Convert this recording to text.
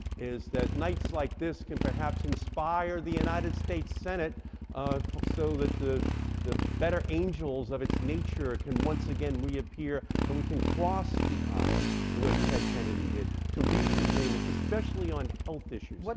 is that nights like this can perhaps inspire the united states senate so that the the better angels of its nature can once again reappear, and we can cross the aisle the way ted kennedy did to reach agreement, especially on health issues, but